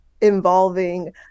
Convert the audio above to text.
involving